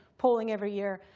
polling every year.